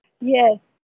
Yes